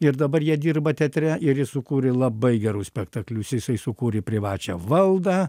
ir dabar jie dirba teatre ir jis sukūrė labai gerus spektaklius jisai sukūrė privačią valdą